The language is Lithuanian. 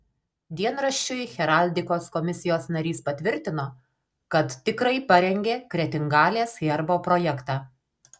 dienraščiui heraldikos komisijos narys patvirtino kad tikrai parengė kretingalės herbo projektą